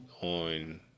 on